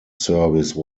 service